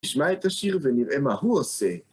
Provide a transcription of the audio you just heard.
נשמע את השיר ונראה מה הוא עושה.